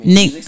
Nick